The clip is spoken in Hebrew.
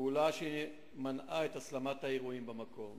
פעולה שמנעה את הסלמת האירועים במקום.